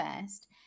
first